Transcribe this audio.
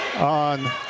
On